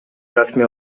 расмий